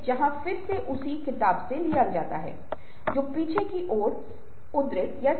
और फिर से जैसा कि मैंने आपके साथ थोड़ा पहले कहा था कि यह सॉफ्ट स्किल के संदर्भ में प्रासंगिक है